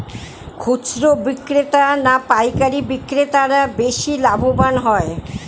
খুচরো বিক্রেতা না পাইকারী বিক্রেতারা বেশি লাভবান হয়?